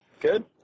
Good